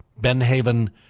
Benhaven